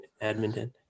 Edmonton